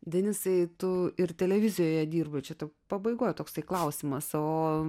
denisai tu ir televizijoje dirbote šitų pabaigoje toksai klausimas o